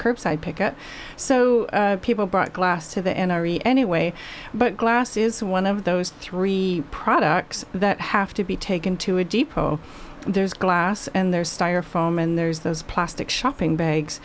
curbside pick up so people brought glass to the n r e anyway but glass is one of those three products that have to be taken to a depot there's glass and there's styrofoam and there's those plastic shopping bags